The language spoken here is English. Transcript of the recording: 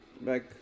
back